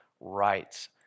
rights